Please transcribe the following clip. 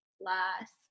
Last